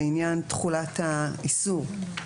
לעניין תחולת האיסור.